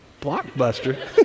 Blockbuster